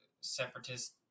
Separatist